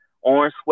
orange